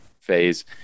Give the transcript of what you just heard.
phase